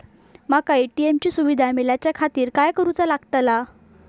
माका ए.टी.एम ची सुविधा मेलाच्याखातिर काय करूचा लागतला?